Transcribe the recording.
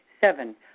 Seven